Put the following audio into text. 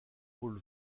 pôle